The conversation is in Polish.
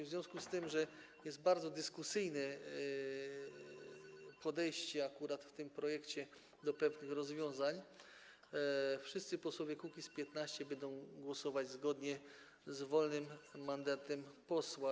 W związku z tym, że jest bardzo dyskusyjne podejście akurat w tym projekcie do pewnych rozwiązań, wszyscy posłowie Kukiz’15 będą głosować zgodnie z wolnym mandantem posła.